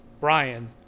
Brian